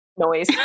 Noise